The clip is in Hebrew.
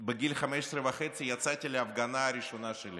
בגיל 15 וחצי יצאתי להפגנה הראשונה שלי